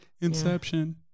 Inception